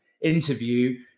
interview